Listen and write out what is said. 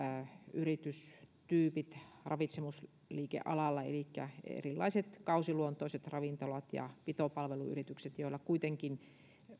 yritystyypit ravitsemisliikealalla elikkä erilaiset kausiluonteiset ravintolat ja pitopalveluyritykset joilla hyvin monilla kuitenkin